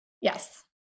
Yes